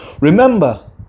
remember